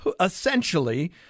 essentially